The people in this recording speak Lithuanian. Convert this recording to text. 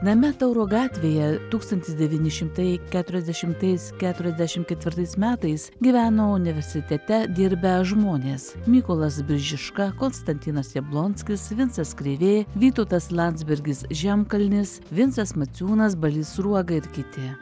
name tauro gatvėje tūkstantis devyni šimtai keturiasdešimtais keturiasdešimt ketvirtais metais gyveno universitete dirbę žmonės mykolas biržiška konstantinas jablonskis vincas krėvė vytautas landsbergis žemkalnis vincas maciūnas balys sruoga ir kiti